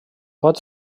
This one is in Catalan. pot